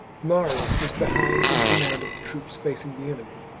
marius was behind in command of the troops facing the enemy,